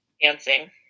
Dancing